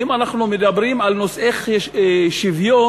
ואם אנחנו מדברים על נושאי שוויון,